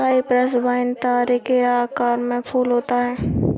Cyprus vine तारे के आकार के फूल होता है